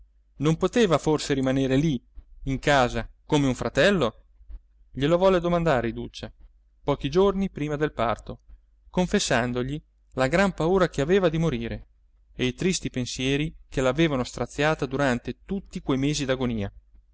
non poteva forse rimanere lì in casa come un fratello glielo volle domandare iduccia pochi giorni prima del parto confessandogli la gran paura che aveva di morire e i tristi pensieri che l'avevano straziata durante tutti quei mesi